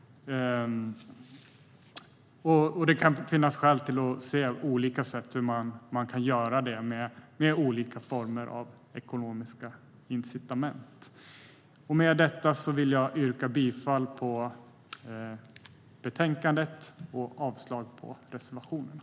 Det kan finnas skäl att titta på olika sätt att göra det med olika former av ekonomiska incitament. Med detta vill jag yrka bifall till förslaget i betänkandet och avslag på reservationerna.